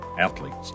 athletes